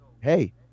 hey